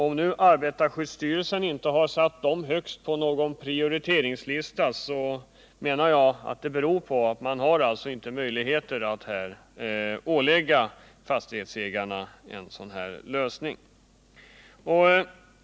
Om nu arbetarskyddsstyrelsen inte har satt dem högst på någon prioriteringslista, menar jag att det beror på att man inte har möjlighet att ålägga fastighetsägarna en sådan lösning.